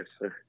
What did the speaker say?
Yes